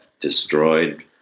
destroyed